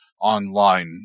online